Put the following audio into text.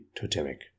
totemic